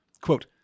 Quote